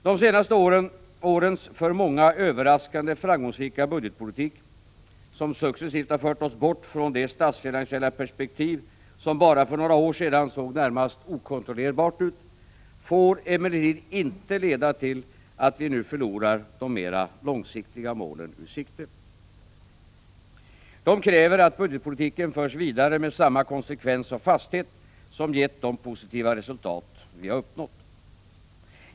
De senaste årens för många överraskande framgångsrika budgetpolitik, som successivt fört oss bort från det statsfinansiella perspektiv som bara för några år sedan såg närmast okontrollerbart ut, får emellertid inte leda till att vi nu förlorar de mera långsiktiga målen ur sikte. Dessa kräver att budgetpolitiken förs vidare med samma konsekvens och fasthet som gett de positiva resultat vi har uppnått.